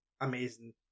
amazing